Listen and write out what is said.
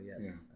yes